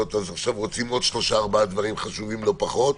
אז עכשיו רוצים עוד שלושה-ארבעה דברים חשובים לא פחות,